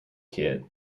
kid